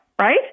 Right